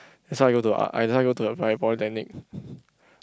that's why I go to uh I that's why I go to the poly polytechnic